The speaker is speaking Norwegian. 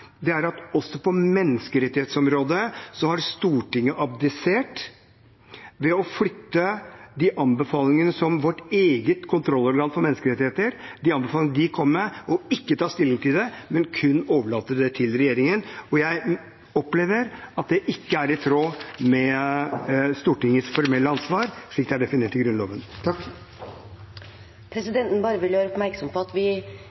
at også på menneskerettighetsområdet har Stortinget abdisert ved å flytte de anbefalingene som vårt eget kontrollorgan for menneskerettigheter kommer med, og ikke ta stilling til det, men kun overlate det til regjeringen. Jeg opplever at det ikke er i tråd med Stortingets formelle ansvar, slik det er definert i Grunnloven. Presidenten vil gjøre oppmerksom på at